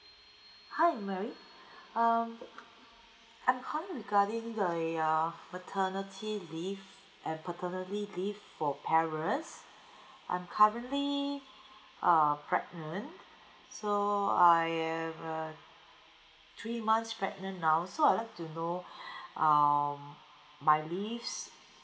hi Mary um I'm calling regarding the uh maternity leave and paternity leave for parents I'm currently uh pregnant so I have a three months pregnant now so I'd like to know um my leaves